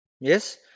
Yes